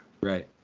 Right